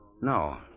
No